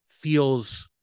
feels